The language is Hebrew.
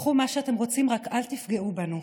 קחו מה שאתם רוצים, רק אל תפגעו בנו.